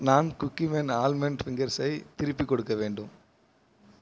நான் Cookieman almond ஃபிங்கர்ஸை திருப்பிக் கொடுக்க வேண்டும்